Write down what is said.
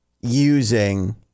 using